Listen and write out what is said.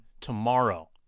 tomorrow